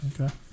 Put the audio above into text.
Okay